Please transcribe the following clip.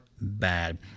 Bad